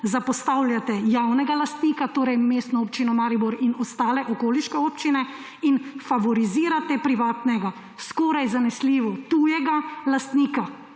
zapostavljate javnega lastnika, torej Mestno občino Maribor in ostale okoliške občine, in favorizirate privatnega, skoraj zanesljivo tujega lastnika,